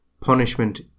punishment